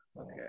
okay